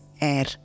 air